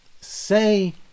say